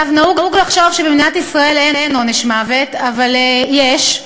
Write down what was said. נהוג לחשוב שבמדינת ישראל אין עונש מוות, אבל יש.